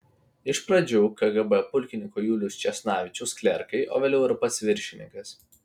iš pradžių kgb pulkininko juliaus česnavičiaus klerkai o vėliau ir pats viršininkas